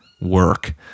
work